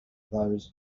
those